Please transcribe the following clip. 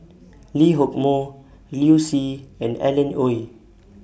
Lee Hock Moh Liu Si and Alan Oei